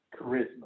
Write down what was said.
charisma